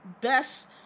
best